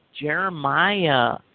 Jeremiah